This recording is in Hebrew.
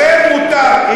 לכם מותר.